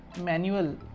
manual